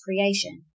creation